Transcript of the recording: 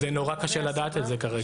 זה מאוד קשה לדעת את זה כרגע.